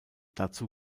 dazu